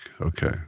okay